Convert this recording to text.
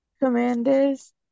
commanders